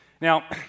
Now